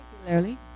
particularly